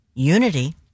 Unity